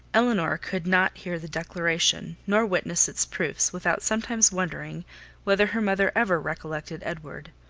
elinor could not hear the declaration, nor witness its proofs without sometimes wondering whether her mother ever recollected edward.